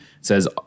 says